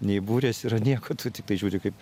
nei burės yra nieko tu tiktai žiūri kaip